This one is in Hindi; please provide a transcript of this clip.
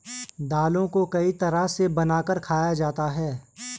दालों को कई तरह से बनाकर खाया जाता है